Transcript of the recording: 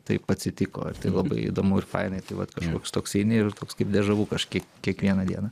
taip atsitiko ir tai labai įdomu ir fainai tai vat kažkoks toks eini ir toks kaip deža vu kažkiek kiekvieną dieną